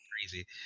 crazy